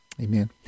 Amen